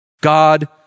God